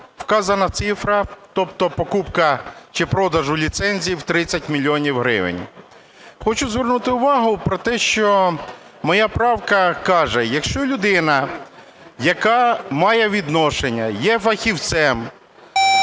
вказана цифра, тобто покупка чи продажу ліцензій в 30 мільйонів гривень. Хочу звернути увагу на те, що моя правка каже: якщо людина, яка має відношення, є фахівцем